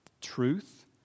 Truth